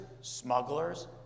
smugglers